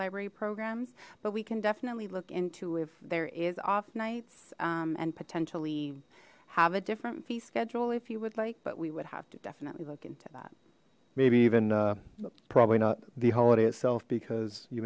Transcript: library programs but we can definitely look into if there is off nights and potentially have a different fee schedule if you would like but we would have to definitely look into that maybe even probably not the whole itself because you